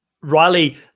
riley